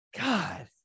God